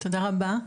תודה רבה,